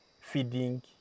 feeding